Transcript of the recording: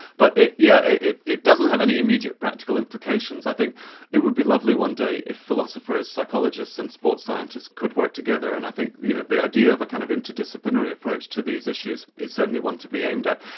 but yes, yeah it it doesn't have any immediate practical implications. i think it would be lovely one day if philosophers, psychologists and sports scientists could work together, and i think you know the idea of a kind of interdisciplinary approach to these issues is certainly one to be aimed at.